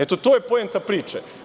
Eto, to je poenta priče.